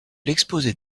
l’exposé